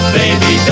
baby